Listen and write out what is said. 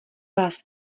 vás